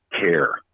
care